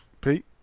Pete